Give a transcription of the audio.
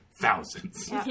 thousands